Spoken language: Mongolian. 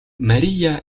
мария